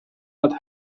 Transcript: قدر